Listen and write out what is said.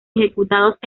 ejecutados